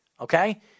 Okay